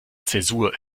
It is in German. zäsur